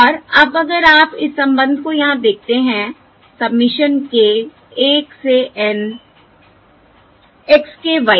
और अब अगर आप इस संबंध को यहाँ देखते हैं सबमिशन k 1 से N x k y k